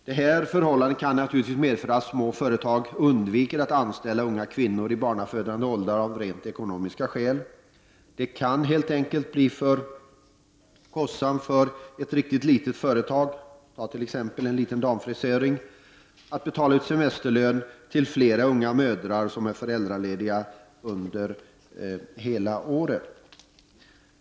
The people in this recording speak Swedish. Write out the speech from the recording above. Detta förhållande kan naturligtvis medföra att små företag undviker att anställa unga kvinnor i barnafödande åldrar av rent ekonomiska skäl. Det kan helt enkelt bli för kostsamt för ett litet företag — t.ex. en liten damfrisering — att betala ut semesterlön till flera unga kvinnor som är föräldralediga under ett helt år.